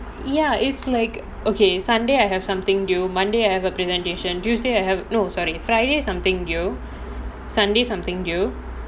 ya it's like okay sunday I have something due monday I have a presentation tuesday I have no sorry friday something due sunday something due